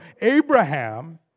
Abraham